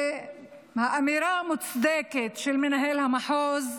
שהאמירה של מנהל המחוז מוצדקת,